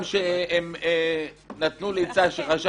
אבל אני מבינה שגם הוא דיבר ברוח של שינוי החוק - אני